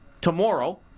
tomorrow